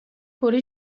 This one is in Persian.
کره